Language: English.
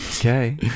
Okay